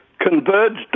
converged